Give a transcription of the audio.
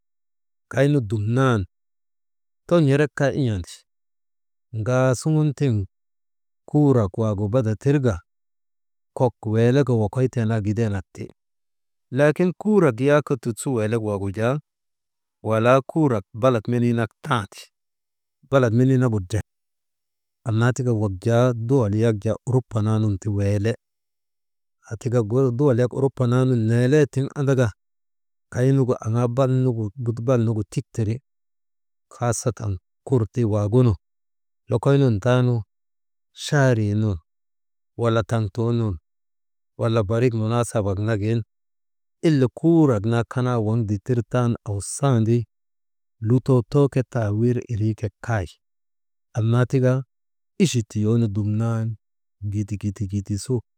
Kaynu dumnan too n̰erek kaa in̰andi, ŋaasuŋun tiŋ kuurak waagu bada tirka, kok weeleka wokoytee naa gidenak ti laakin kuurak yak tut su weelek waagu jaa, walaa kurak balat meniinak tandi, balat menii nagu drep, annaa tika wak jaa, duwal yak jaa uruba naa nun ta weele, aatik duwal yak urupa naanun neelee tiŋ andaka, kay nugu aŋaa bal nugu, balnugutik tiri, haasatan kutuu wwgunun lokoy nun taanu chaarii nun wala taŋtuu nun, wala barik munaasabak nagin, ile kuurak naa kanaa waŋ dittir tan awsandi, lutoo too too ke taawir irii ke kay, annaa tika ichi tiyoo nu dumnan gidi, gidi, gidi, su.